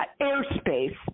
airspace